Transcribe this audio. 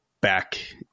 back